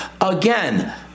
Again